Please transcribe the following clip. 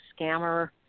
scammer